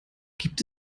gibt